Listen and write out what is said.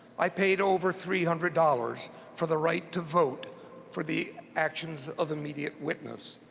i paid over three hundred dollars for the right to vote for the actions of immediate witness.